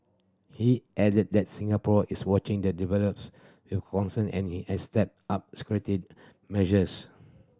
he added that Singapore is watching the develops with concern and has stepped up security measures